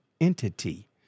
entity